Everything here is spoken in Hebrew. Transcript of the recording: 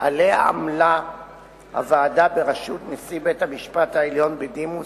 שעליה עמלה הוועדה בראשות נשיא בית-המשפט העליון בדימוס,